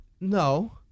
no